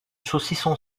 saucisson